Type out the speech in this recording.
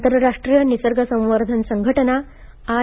आंतरराष्ट्रीय निसर्ग संवर्धन संघटना आय